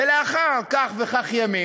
ולאחר כך וכך ימים,